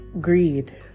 Greed